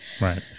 right